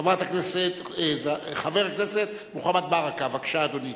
חבר הכנסת מוחמד ברכה, בבקשה, אדוני.